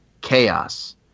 Chaos